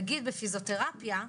נגיד בפיזיותרפיה,